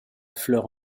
fleur